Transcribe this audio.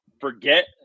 forget